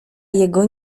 jego